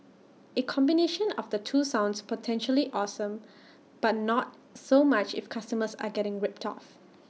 A combination of the two sounds potentially awesome but not so much if customers are getting ripped off